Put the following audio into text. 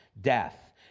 death